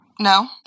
No